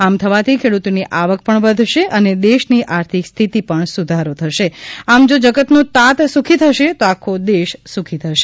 આમ થવાથી ખેડૂતની આવક પણ વધશે અને દેશની આર્થિક સ્થિતિ પણ સુધારો થશે આમ જો જગતનો તાત સુખી થશે તો આખો દેશ સુખી થશે